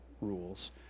rules